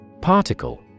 Particle